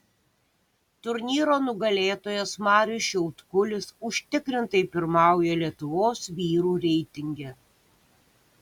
turnyro nugalėtojas marius šiaudkulis užtikrintai pirmauja lietuvos vyrų reitinge